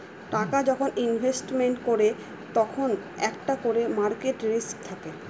টাকা যখন ইনভেস্টমেন্ট করে তখন একটা করে মার্কেট রিস্ক থাকে